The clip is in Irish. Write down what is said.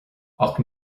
ach